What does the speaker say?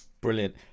brilliant